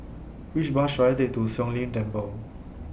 Which Bus should I Take to Siong Lim Temple